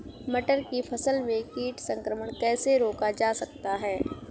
मटर की फसल में कीट संक्रमण कैसे रोका जा सकता है?